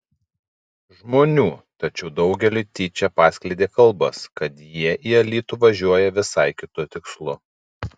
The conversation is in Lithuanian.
žmonių tačiau daugeliui tyčia paskleidė kalbas kad jie į alytų važiuoja visai kitu tikslu